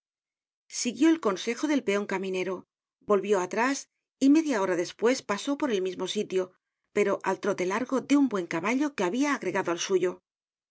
siguió el consejo del peon caminero volvió atrás y media hora despues pasó por el mismo sitio pero al trote largo de un buen caballo que habrá agregado al suyo